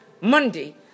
Monday